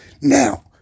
now